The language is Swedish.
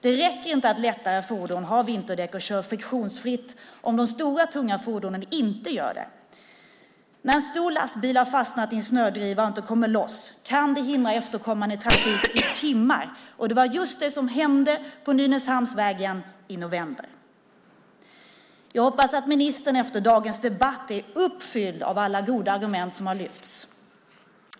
Det räcker inte att lättare fordon har vinterdäck och kör friktionsfritt om de stora, tunga fordonen inte gör det. När en stor lastbil har fastnat i en snödriva och inte kommer loss kan den hindra efterkommande trafik i timmar, och det var just det som hände på Nynäsvägen i november. Jag hoppas att ministern efter dagens debatt är uppfylld av alla goda argument som har lyfts fram.